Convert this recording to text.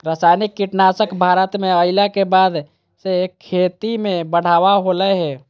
रासायनिक कीटनासक भारत में अइला के बाद से खेती में बढ़ावा होलय हें